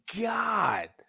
God